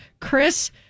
Chris